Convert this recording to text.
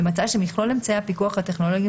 ומצאה שמכלול אמצעי הפיקוח הטכנולוגיים